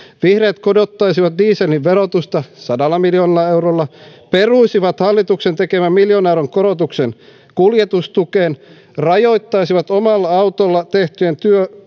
vihreät korottaisivat dieselin verotusta sadalla miljoonalla eurolla peruisivat hallituksen tekemän miljoonan euron korotuksen kuljetustukeen rajoittaisivat omalla autolla tehtyjen